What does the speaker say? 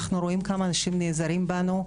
אנחנו רואים כמה אנשים נעזרים בנו.